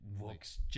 looks